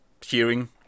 hearing